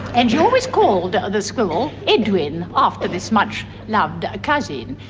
and she always called the squirrel edwin after this much loved cousin.